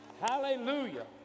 Hallelujah